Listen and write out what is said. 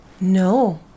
No